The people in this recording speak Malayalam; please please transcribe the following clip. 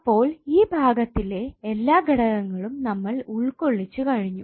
അപ്പോൾ ഈ ഭാഗത്തിലെ എല്ലാ ഘടകങ്ങളും നമ്മൾ ഉൾക്കൊള്ളിച്ചു കഴിഞ്ഞു